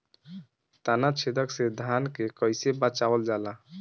ताना छेदक से धान के कइसे बचावल जाला?